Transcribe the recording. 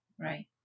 Right